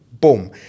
boom